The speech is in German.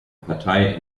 partei